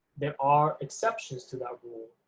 there are exceptions to that rule,